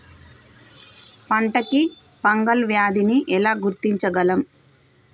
పంట కి ఫంగల్ వ్యాధి ని ఎలా గుర్తించగలం?